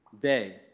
day